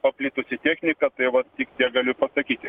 paplitusi technika tai va tik tiek galiu pasakyti